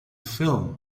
film